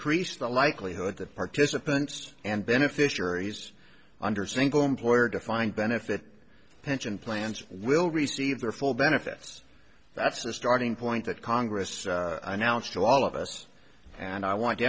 priest the likelihood that participants and beneficiaries under single employer defined benefit pension plans will receive their full benefits that's a starting point that congress announced to all of us and i want to